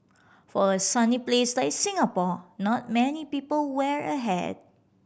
for a sunny place like Singapore not many people wear a hat